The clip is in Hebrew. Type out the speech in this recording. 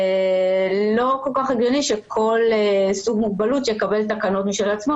ולא כל כך הגיוני שכל סוג מוגבלות יקבל תקנות משל עצמו.